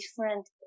different